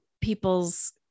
people's